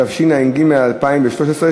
התשע"ג 2013,